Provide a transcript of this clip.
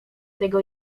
tego